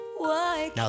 Now